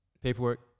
Paperwork